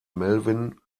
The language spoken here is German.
melvin